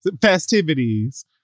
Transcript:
festivities